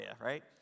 right